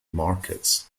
markets